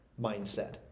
mindset